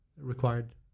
required